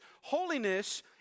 holiness